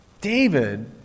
David